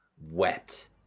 wet